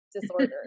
disorder